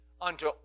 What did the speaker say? unto